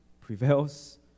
prevails